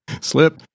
slip